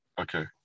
Okay